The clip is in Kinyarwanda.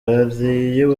hariyo